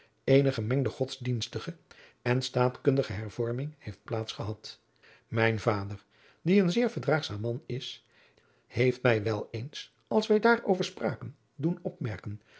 eene gemengde godsdienstige en staatkundige hervorming heeft plaats gehad mijn vader die een zeer verdraagzaam man is heeft mij wel eens als wij daar over spraken doen opmerken